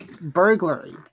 Burglary